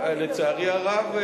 לצערי הרב,